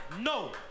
no